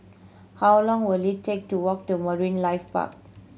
how long will it take to walk to Marine Life Park